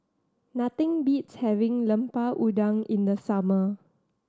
nothing beats having Lemper Udang in the summer